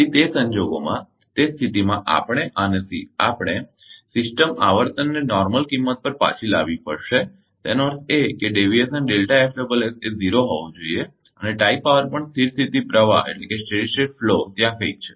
તેથી તે સંજોગોમાં તે સ્થિતિમાં આપણે આને આપણે સિસ્ટમ આવર્તન ને નોમીનલ કિંમત પર પાછી લાવી પડશે તેનો અર્થ એ કે ડેવીએશન એ 0 હોવો જોઈએ અને ટાઇ પાવર પણ સ્થિર સ્થિતી પ્રવાહ ત્યાં કંઈક છે